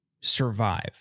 survive